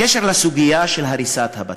בקשר לסוגיה של הריסת הבתים,